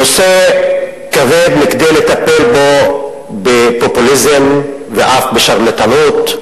הנושא כבד מכדי לטפל בו בפופוליזם ואף בשרלטנות,